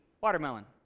watermelon